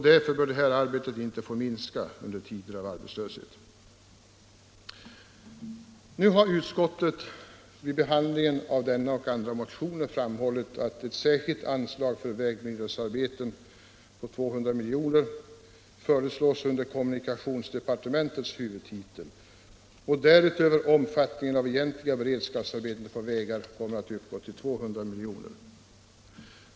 Därför bör detta arbete inte få minska under tider Utskottet har vid behandlingen av denna fråga och andra motioner framhållit att ett särskilt anslag till vägbyggnadsarbeten på 200 milj.kr. föreslås under kommunikationsdepartementets huvudtitel. Därutöver föreslås för egentliga beredskapsarbeten på vägar 200 milj.kr.